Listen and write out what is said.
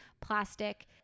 plastic